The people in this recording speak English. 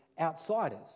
outsiders